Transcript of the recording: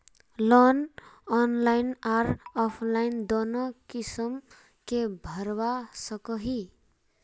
Loan online आर offline दोनों किसम के भरवा सकोहो ही?